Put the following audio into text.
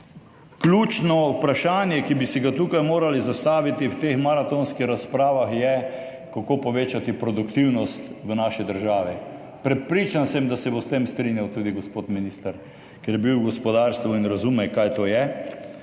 Ključno vprašanje, ki bi si ga tukaj morali zastaviti v teh maratonskih razpravah, je, kako povečati produktivnost v naši državi. Prepričan sem, da se bo s tem strinjal tudi gospod minister, ker je bil v gospodarstvu in razume, kaj to je.